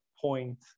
point